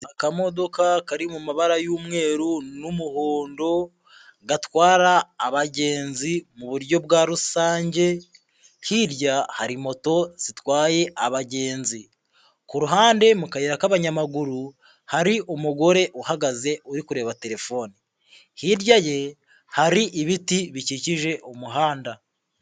Akamodoka kari mu mabara y'umweru n'umuhondo gatwara abagenzi mu buryo bwa rusange, hirya hari moto zitwaye abagenzi. Ku ruhande mu kayira k'abanyamaguru hari umugore uhagaze uri kureba telefone, hirya ye hari ibiti bikikije umuhanda.